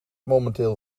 momenteel